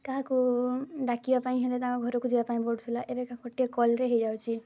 ତାହାକୁ ଡାକିବା ପାଇଁ ହେଲେ ତାଙ୍କ ଘରକୁ ଯିବା ପାଇଁ ପଡ଼ୁଥିଲା ଏବେକା ଗୋଟିଏ କଲ୍ରେ ହୋଇଯାଉଛି